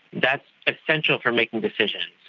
that's essential for making decisions.